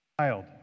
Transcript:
child